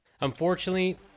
Unfortunately